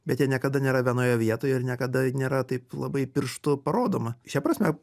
bet jie niekada nėra vienoje vietoje ir niekada nėra taip labai pirštu parodoma šia prasme